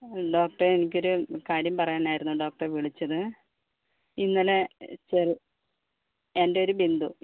ആ ഡോക്ടറേ എനിക്കൊരു കാര്യം പറയനായിരുന്നു ഡോക്ടറേ വിളിച്ചത് ഇന്നലെ ചെറി എൻ്റെ പേര് ബിന്ദു